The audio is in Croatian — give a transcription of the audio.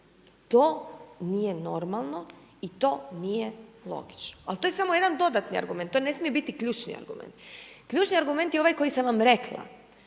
To nije normalno, i to nije logično, al’ to je samo jedan dodatni argument, to ne smije biti ključni argument. Ključni argument je ovaj koji sam vam rekla.